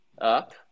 up